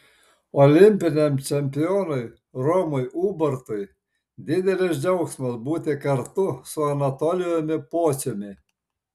olimpiniam čempionui romui ubartui didelis džiaugsmas būti kartu su anatolijumi pociumi